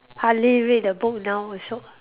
hardly read the book now also